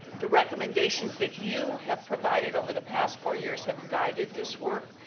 the recommendations that you have provided over the past four years have guided this work.